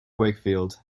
wakefield